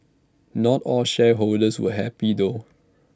not all shareholders were happy though